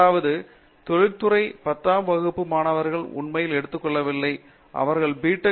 இரண்டாவதாக தொழிற்துறை பத்தாம் வகுப்பு மாணவர்களை உண்மையில் எடுத்துக்கொள்ளவில்லை அவர்கள் பி